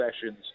sessions